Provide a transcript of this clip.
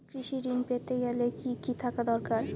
কৃষিঋণ পেতে গেলে কি কি থাকা দরকার?